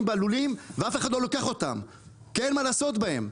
בלולים ואף אחד לא לוקח אותם כי אין מה לעשות בהם.